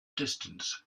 distance